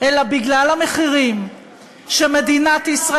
אלא בגלל המחירים שמדינת,